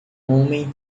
homem